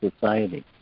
Society